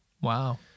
Wow